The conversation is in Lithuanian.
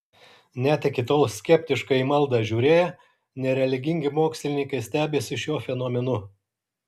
net iki tol skeptiškai į maldą žiūrėję nereligingi mokslininkai stebisi šiuo fenomenu